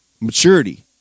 maturity